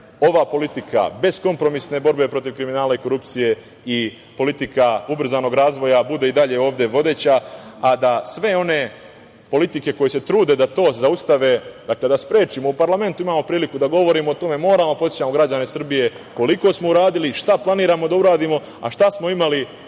ova politika beskompromisne borbe protiv kriminala i korupcije i politika ubrzanog razvoja bude i dalje ovde vodeća, a da sve one politike koje se trude da to zaustave, dakle da sprečimo.U parlamentu imamo priliku da govorimo o tome. Moramo da podsećamo građane Srbije koliko smo uradili i šta planiramo da uradimo, a šta smo imali